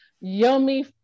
yummy